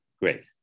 Great